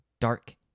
dark